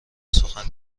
سخن